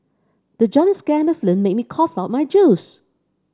the jump scare in the film made me cough out my juice